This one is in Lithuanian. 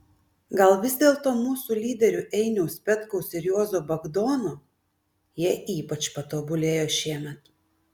gal vis dėlto mūsų lyderių einiaus petkaus ir juozo bagdono jie ypač patobulėjo šiemet